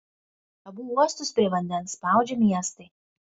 abu uostus prie vandens spaudžia miestai